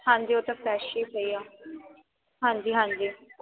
ਹਾਂਜੀ ਉਹ ਤਾਂ ਫ੍ਰੈਸ਼ ਹੀ ਪਏ ਆ ਹਾਂਜੀ ਹਾਂਜੀ